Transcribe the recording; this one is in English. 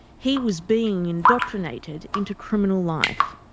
he was being indoctrinated into criminal life.